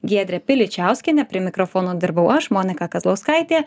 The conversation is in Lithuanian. giedre piličiauskiene prie mikrofono dirbau aš monika kazlauskaitė